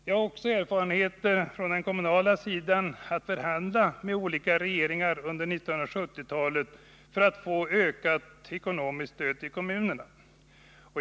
Jag har också erfarenheter från den kommunala sidan när det gällt att förhandla med olika regeringar under 1970-talet för att få ökat ekonomiskt stöd. till kommunerna.